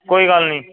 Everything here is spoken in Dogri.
कोई गल्ल निं